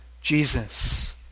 Jesus